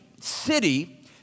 city